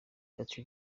party